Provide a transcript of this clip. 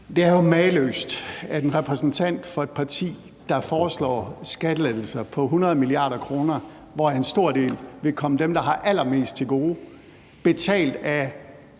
Det er jo mageløst, at en repræsentant for et parti, der foreslår skattelettelser på 100 mia. kr., hvoraf en stor del vil komme dem, der har allermest, til gode, betalt af